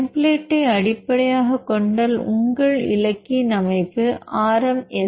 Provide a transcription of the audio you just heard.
டெம்ப்ளேட்டை அடிப்படையாகக் கொண்ட உங்கள் இலக்கின் அமைப்பு RMSD 0